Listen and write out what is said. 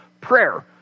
prayer